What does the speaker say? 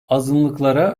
azınlıklara